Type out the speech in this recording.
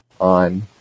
on